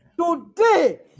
today